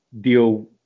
deal